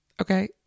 okay